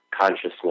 consciousness